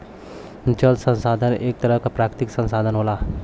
जल संसाधन एक तरह क प्राकृतिक संसाधन होला